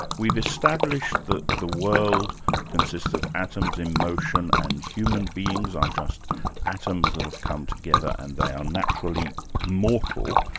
we've established that the world consists of atoms in motion and human beings are just atoms that have come together and they are naturally moral,